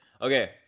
Okay